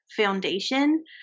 foundation